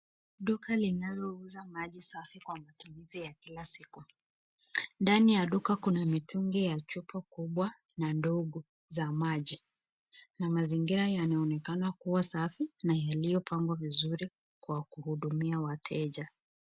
Duka linalouza maji safi kwa matumizi ya kila siku. Ndani ya duka kuna mitungi ya chupa kubwa na ndogo za maji na mazingira yanaonekana kuwa safi na yaliyopangwa vizuri kwa kuhudumia wateja.